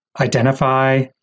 identify